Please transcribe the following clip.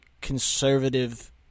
conservative